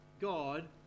God